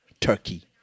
turkey